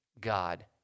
God